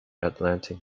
atlantic